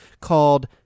called